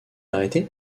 arrêté